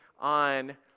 on